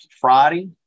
Friday